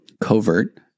covert